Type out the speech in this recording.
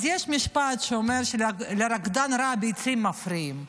יש משפט שאומר שלרקדן רע הביצים מפריעות.